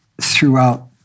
throughout